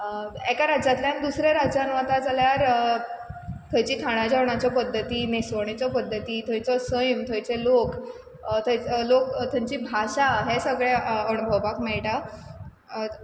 एका राज्यांतल्यान दुसरे राज्यान वता जाल्यार थंयची खाणा जेवणाच्यो पद्दती न्हेंसवणेचो पद्दती थंयचो सैम थंयचे लोक थंयच् लोक थंची भाशा हें सगळें अणभवपाक मेळटा